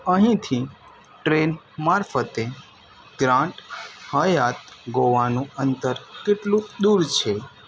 અહીંથી ટ્રેન મારફતે Grand Hyatt ગોવાનું અંતર કેટલું દૂર છે